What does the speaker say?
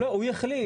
לא, הוא יחליט.